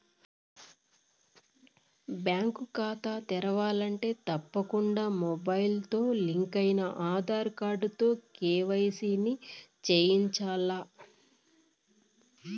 bank కాతా తెరవాలంటే తప్పకుండా మొబయిల్తో లింకయిన ఆదార్ కార్డుతో కేవైసీని చేయించాల్ల